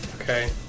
Okay